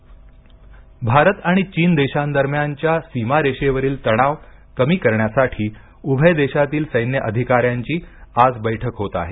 डुंडो China बैठक भारत आणि चीन देशांदरम्यानच्या सीमारेषेवरील तणाव कमी करण्यासाठी उभय देशातील सैन्य अधिकाऱ्यांची आज बैठक होत आहे